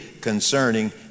concerning